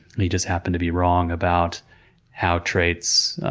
and he just happened to be wrong about how traits